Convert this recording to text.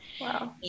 Wow